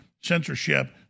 censorship